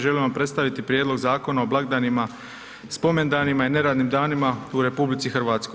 Želim vam predstaviti Prijedlog zakona o blagdanima, spomendanima i neradnim danima u RH.